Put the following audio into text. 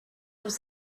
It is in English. was